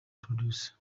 producer